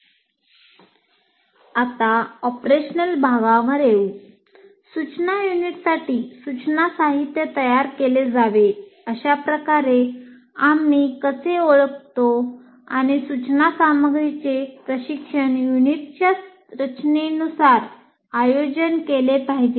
आता ऑपरेशनल भागावर येऊन सूचना युनिटसाठी सूचना साहित्य तयार केले जावे अशाप्रकारे आम्ही कसे ओळखतो आणि सूचना सामग्रीचे प्रशिक्षण युनिटच्या रचनेनुसार आयोजन केले पाहिजे